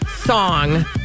song